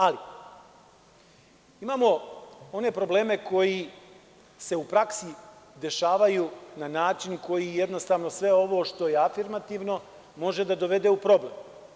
Ali, imamo one probleme koji se u praksi dešavaju na način koji, jednostavno, sve ovo što je afirmativno može da dovede u problem.